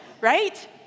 right